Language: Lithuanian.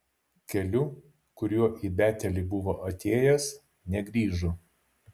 keliu kuriuo į betelį buvo atėjęs negrįžo